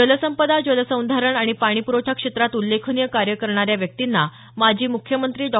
जलसंपदा जलसंधारण आणि पाणीप्रवठा क्षेत्रात उल्लेखनीय कार्य करणाऱ्या व्यक्तींना माजी मुख्यमंत्री डॉ